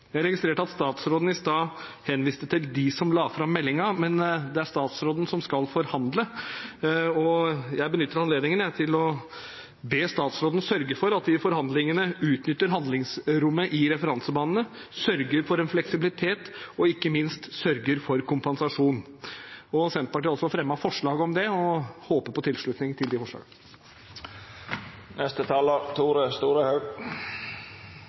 Jeg registrerte at statsråden i sted henviste til dem som la fram meldingen. Men det er statsråden som skal forhandle, og jeg benytter anledningen til å be statsråden sørge for at vi i forhandlingene utnytter handlingsrommet i referansebanene, sørger for fleksibilitet og ikke minst sørger for kompensasjon. Senterpartiet har også fremmet forslag om det og håper på tilslutning til de